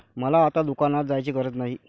मला आता दुकानात जायची गरज नाही का?